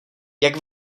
jak